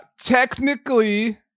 technically